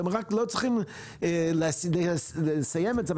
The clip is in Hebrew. אתם לא צריכים לסיים את זה,